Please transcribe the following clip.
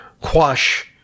quash